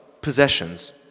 possessions